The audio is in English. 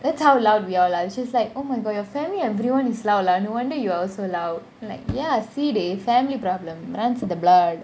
that's how loud we all are which is like oh my god your family everyone is loud lah no wonder you are also loud like ya see they family probably runs in the blood